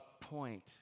point